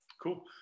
Cool